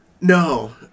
No